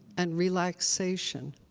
and relaxation.